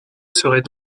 serait